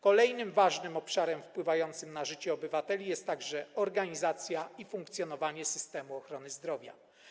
Kolejnym ważnym obszarem wpływającym na życie obywateli jest organizacja i funkcjonowanie systemu ochrony zdrowia.